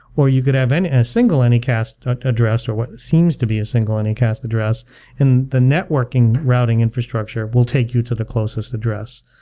or you could have and a single any cast address or what seems to be a single any cast address and the networking routing infrastructure will take you to the closest address.